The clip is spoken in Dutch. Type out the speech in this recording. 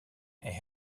hij